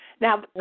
Now